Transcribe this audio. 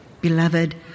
Beloved